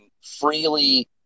freely